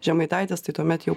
žemaitaitis tai tuomet jau